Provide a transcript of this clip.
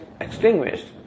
extinguished